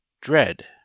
DREAD